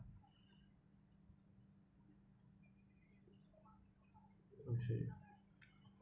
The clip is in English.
okay